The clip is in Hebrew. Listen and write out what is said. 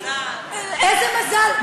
איזה מזל.